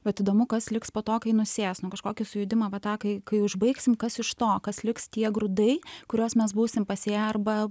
bet įdomu kas liks po to kai nusės nu kažkokį sujudimą va tą kai kai užbaigsim kas iš to kas liks tie grūdai kuriuos mes būsim pasėję arba